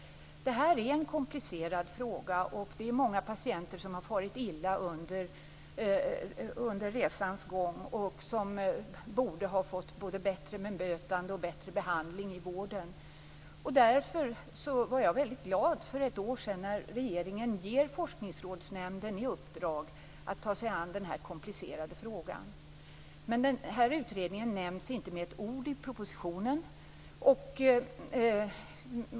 Det här är en komplicerad fråga. Många patienter har under resans gång farit illa. De borde ha fått både ett bättre bemötande och en bättre behandling i vården. Därför var jag väldigt glad för ett år sedan när regeringen gav Forskningsrådsnämnden i uppdrag att ta sig an den här komplicerade frågan. Den utredningen nämns dock inte med ett ord i propositionen.